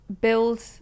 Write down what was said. build